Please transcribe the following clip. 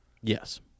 Yes